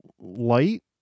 light